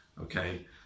Okay